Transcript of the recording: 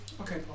Okay